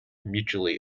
mutually